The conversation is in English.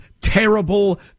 terrible